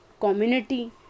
community